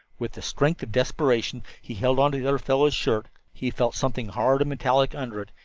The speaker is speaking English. with the strength of desperation he held on to the other fellow's shirt. he felt something hard and metallic under it,